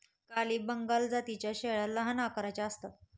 काली बंगाल जातीच्या शेळ्या लहान आकाराच्या असतात